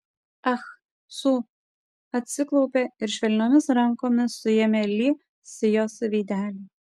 ah su atsiklaupė ir švelniomis rankomis suėmė li sijos veidelį